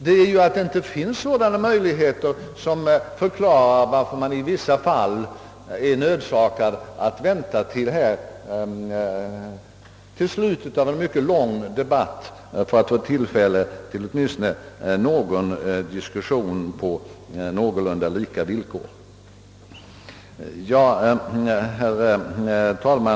Det förhållandet att sådana möjligheter saknas förklarar varför man i vissa fall är nödsakad vänta till slutet av en mycket lång debatt för att få tillfälle till åtminstone någon diskussion på någorlunda lika villkor. Herr talman!